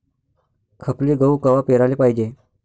खपली गहू कवा पेराले पायजे?